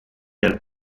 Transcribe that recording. del